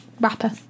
wrapper